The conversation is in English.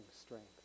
strength